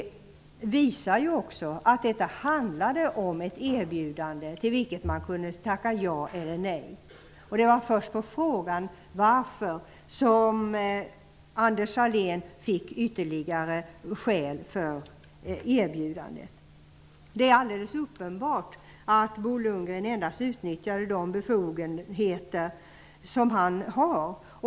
Det handlade om ett erbjudande till vilket han kunde tacka ja eller nej. Det var först när Anders Sahlén frågade varför som han fick ytterligare skäl för erbjudandet. Det är alldeles uppenbart att Bo Lundgren endast har utnyttjat de befogenheter som han har.